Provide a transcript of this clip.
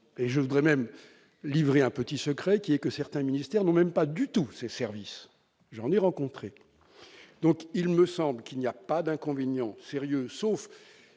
et je voudrais même livré un petit secret qui est que certains ministères n'ont même pas du tout ses services, j'en ai rencontré donc il me semble qu'il n'y a pas d'inconvénient sérieux sauf